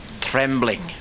trembling